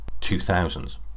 2000s